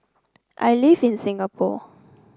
I live in Singapore